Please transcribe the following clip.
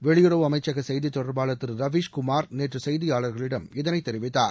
வெளியுறவு அமைச்சக செய்திதொடர்பாளர் திரு ரவீஷ்குமார் நேற்று செய்தியாளர்களிடம் இதனை தெரிவித்தார்